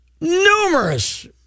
numerous